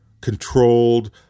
controlled